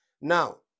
Now